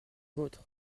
vôtres